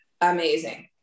amazing